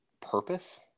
purpose